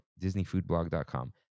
disneyfoodblog.com